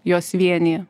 juos vienija